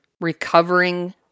recovering